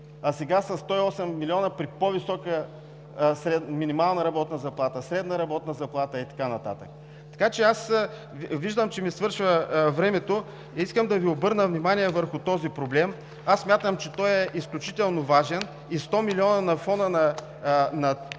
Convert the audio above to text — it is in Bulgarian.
а сега със 108 млн. лв. при по-висока минимална работна заплата, средна работна заплата и така нататък. Виждам, че ми свършва времето. Искам да Ви обърна внимание върху този проблем и смятам, че той е изключително важен: 100 млн. лв. на фона на